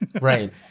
right